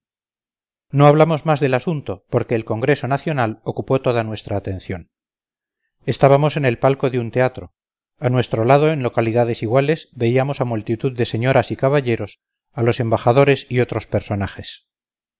no hablamos más del asunto porque el congreso nacional ocupó toda nuestra atención estábamos en el palco de un teatro a nuestro lado en localidades iguales veíamos a multitud de señoras y caballeros a los embajadores y otros personajes